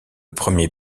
premier